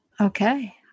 Okay